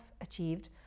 achieved